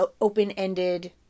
open-ended